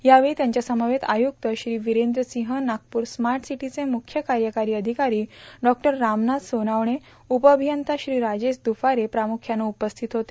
यावेळी त्यांच्यासमवेत आयुक्त श्री वीरेंद्र सिंह नागपूर स्मार्ट सिटीचे मुख्य कार्यकारी अधिकारी डॉ रामनाथ सोनवणे उपअभियंता श्री राजेश द्रफारे प्रामुख्यानं उपस्थित होते